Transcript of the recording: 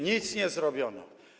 Nic nie zrobiono.